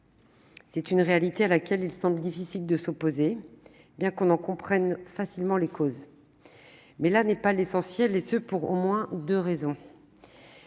C'est une réalité à laquelle il semble difficile de s'opposer, bien qu'on en comprenne facilement les causes. Mais là n'est pas l'essentiel, et ce pour au moins deux raisons.